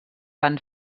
van